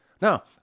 Now